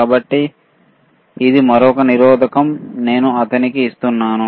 కాబట్టి ఇది మరొక నిరోధకం నేను అతనికి ఇస్తున్నాను